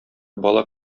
бала